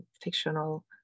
fictional